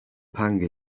pang